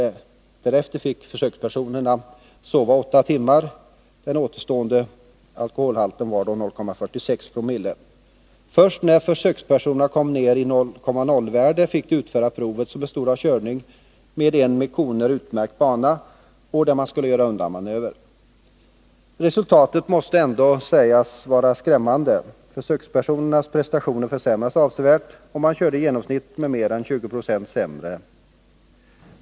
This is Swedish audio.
Därefter fick försökspersonerna sova åtta timmar. Den återstående blodalkoholhalten var då 0,46 Zoo. Först när försökspersonerna kom ner på 0,0-värdet fick de utföra provet, som bestod av körning på en med koner utmärkt bana där man skulle göra undanmanövrer. Resultatet måste sägas vara skrämmande. Försökspersonernas prestationer försämrades avsevärt. Man körde i genomsnitt mer än 20 20 sämre.